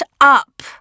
up